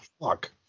fuck